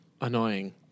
annoying